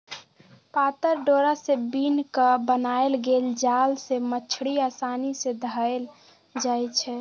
पातर डोरा से बिन क बनाएल गेल जाल से मछड़ी असानी से धएल जाइ छै